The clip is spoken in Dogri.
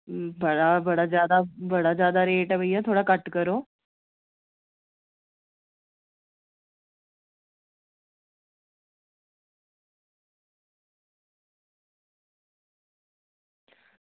बड़ा बड़ा ज्यादा बड़ा ज्यादा रेट ऐ भैया थोह्ड़ा घट्ट करो